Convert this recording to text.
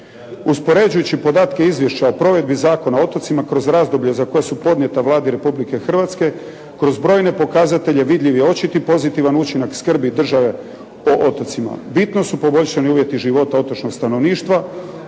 Uspoređujući podatke Izvješća o provedbi Zakona o otocima kroz razdoblje za koja su podnijeta Vladi Republike Hrvatske kroz brojne pokazatelje vidljiv je očit i pozitivan učinak skrbi države o otocima. Bitno su poboljšani uvjeti života otočnog stanovništva